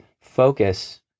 focus